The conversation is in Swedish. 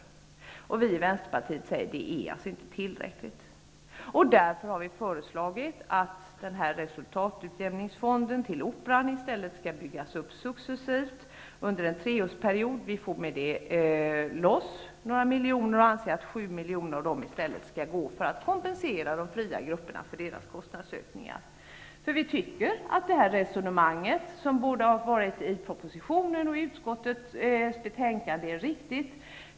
Vi i Vänsterpartiet anser att det inte är tillräckligt. Därför har vi föreslagit att resultatutjämningsfonden till Operan i stället skall byggas upp successivt under en treårsperiod. På så sätt får vi loss några miljoner, och 7 miljoner skall då tillföras de fria grupperna för att kompensera dem för deras kostnadsökningar. Vi tycker att det här sättet att resonera, och som borde ha framkommit i propositionen och i utskottets betänkande, är riktigt.